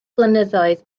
blynyddoedd